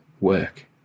work